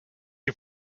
you